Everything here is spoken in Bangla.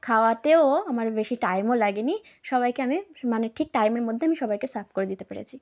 খাওয়াতেও আমার বেশি টাইমও লাগেনি সবাইকে আমি মানে ঠিক টাইমের মধ্যে আমি সবাইকে সার্ভ করে দিতে পেরেছি